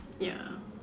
ya